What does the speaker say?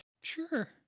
Sure